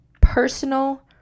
personal